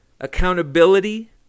accountability